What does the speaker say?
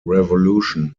revolution